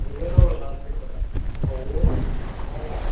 ꯑꯗꯨꯒ ꯇꯧꯔꯒ ꯀꯩꯅꯣꯗ ꯉꯧꯗꯧꯕ ꯊꯥꯎꯗ